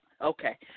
Okay